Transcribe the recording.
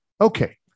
Okay